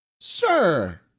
Sir